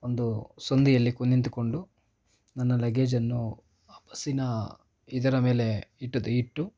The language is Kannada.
ಒಂದು ಸಂಧಿಯಲ್ಲಿ ಕು ನಿಂತುಕೊಂಡು ನನ್ನ ಲಗೇಜನ್ನು ಆ ಬಸ್ಸಿನ ಇದರ ಮೇಲೆ ಇಟ್ಟಿದ್ದು ಇಟ್ಟು